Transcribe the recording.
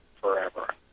forever